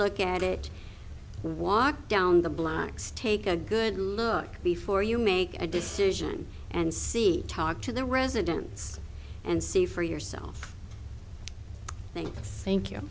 look at it walk down the blocks take a good look before you make a decision and see talk to the residents and see for yourself thank